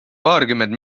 paarkümmend